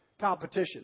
competition